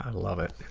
ah love it.